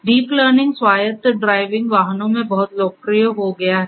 deep learning स्वायत्त driving वाहनों में बहुत लोकप्रिय हो गया है